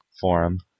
forum